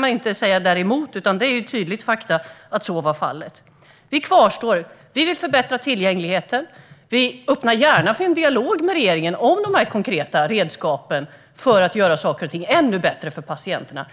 man inte säga emot, utan det är tydligt att så är fallet. Vi vill förbättra tillgängligheten. Vi öppnar gärna för en dialog med regeringen om konkreta redskap för att göra saker och ting ännu bättre för patienterna.